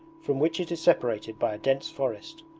from which it is separated by a dense forest.